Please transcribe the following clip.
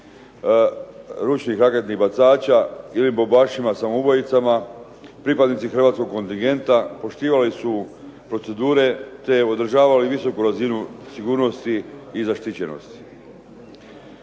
ručnih raketnih bacača ili bombašima samoubojicama, pripadnici hrvatskog kontingenta poštivali su procedure, te održavali visoku razinu sigurnosti i zaštićenosti.